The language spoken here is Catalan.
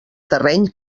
terreny